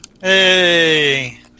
Hey